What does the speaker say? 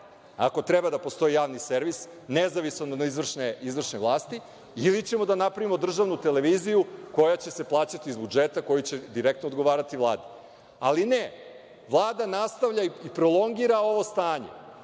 ako treba da postoji javni servis, nezavistan od izvršne vlasti, ili ćemo da napravimo državnu televiziju koja će se plaćati iz budžeta i koja će direktno odgovarati Vladi. Ali ne, Vlada nastavlja i prolongira ovo stanje,